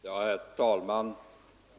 Herr talman!